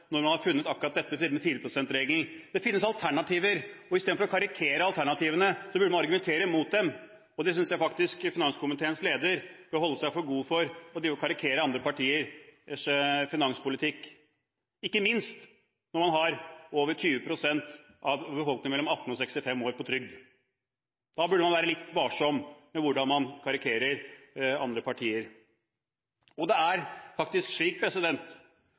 når man har funnet akkurat denne 4 pst.-regelen. Det finnes alternativer. Istedenfor å karikere alternativene, burde man argumentere mot dem. Jeg synes faktisk at finanskomiteens leder bør holde seg for god til å karikere andre partiers finanspolitikk, ikke minst når man har over 20 pst. av befolkningen mellom 18 og 65 år på trygd. Da burde man være litt varsom med å karikere andre partier. Det er faktisk slik